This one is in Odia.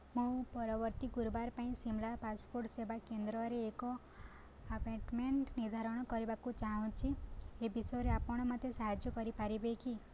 ମୁଁ ପରବର୍ତ୍ତୀ ଗୁରୁବାର ପାଇଁ ସିମଲା ପାସପୋର୍ଟ୍ ସେବା କେନ୍ଦ୍ରରେ ଏକ ଆପଏଣ୍ଟ୍ମେଣ୍ଟ୍ ନିର୍ଦ୍ଧାରଣ କରିବାକୁ ଚାହୁଁଛି ଏ ବିଷୟରେ ଆପଣ ମୋତେ ସାହାଯ୍ୟ କରିପାରିବେ କି